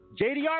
JDR